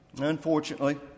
Unfortunately